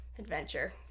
Adventure